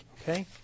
Okay